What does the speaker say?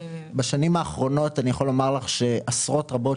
בשנים האחרונות אני יכול לומר לך שעשרות רבות